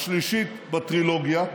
השלישית בטרילוגיה,